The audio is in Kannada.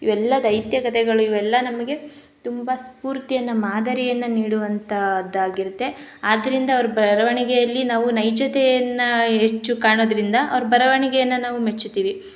ಇವೆಲ್ಲಾ ದೈತ್ಯ ಕತೆಗಳು ಇವೆಲ್ಲಾ ನಮಗೆ ತುಂಬ ಸ್ಫೂರ್ತಿಯನ್ನು ಮಾದರಿಯನ್ನು ನೀಡುವಂಥದ್ದಾಗಿರುತ್ತೆ ಆದ್ರಿಂದ ಅವ್ರ ಬರವಣಿಗೆಯಲ್ಲಿ ನಾವು ನೈಜತೆಯನ್ನು ಹೆಚ್ಚು ಕಾಣೋದ್ರಿಂದ ಅವ್ರು ಬರವಣಿಗೆಯನ್ನು ನಾವು ಮೆಚ್ಚುತ್ತೀವಿ